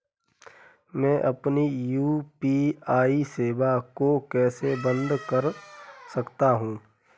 मैं अपनी यू.पी.आई सेवा को कैसे बंद कर सकता हूँ?